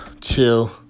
chill